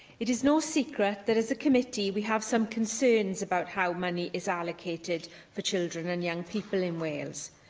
it is no secret that, as a committee, we have some concerns about how money is allocated for children and young people in wales.